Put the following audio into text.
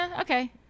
Okay